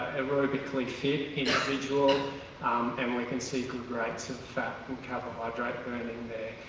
aerobically fit individual and we can see good rates of fat and carbohydrate burning there.